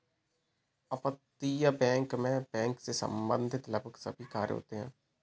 अपतटीय बैंक मैं बैंक से संबंधित लगभग सभी कार्य होते हैं